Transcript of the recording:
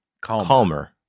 Calmer